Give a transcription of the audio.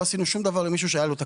עשינו שום דבר למישהו שהייתה לו תקלה.